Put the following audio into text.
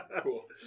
Cool